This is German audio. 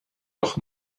doch